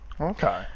Okay